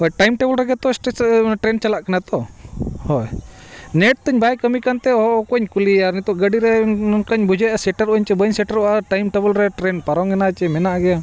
ᱦᱳᱭ time table ᱨᱮᱜᱮ ᱛᱚ ᱴᱨᱮᱱ ᱪᱟᱞᱟᱜ ᱠᱟᱱᱟ ᱛᱚ ᱦᱳᱭ ᱱᱮᱴ ᱛᱤᱧ ᱵᱟᱭ ᱠᱟᱹᱢᱤ ᱠᱟᱱᱛᱮ ᱚᱠᱚᱭᱤᱧ ᱠᱩᱞᱤᱭᱮᱭᱟ ᱱᱤᱛᱳᱜ ᱜᱟᱹᱰᱤᱨᱮ ᱱᱚᱝᱠᱟᱧ ᱵᱩᱡᱷᱟᱹᱣᱮᱫᱟ ᱥᱮᱴᱮᱨᱚᱜᱼᱟᱹᱧ ᱥᱮ ᱵᱟᱹᱧ ᱥᱮᱴᱮᱨᱚᱜᱼᱟ ᱴᱟᱭᱤᱢ ᱴᱮᱵᱚᱞ ᱨᱮ ᱴᱨᱮᱱ ᱯᱟᱨᱚᱢᱮᱱᱟ ᱪᱮ ᱢᱮᱱᱟᱜ ᱜᱮᱭᱟ